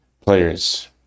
players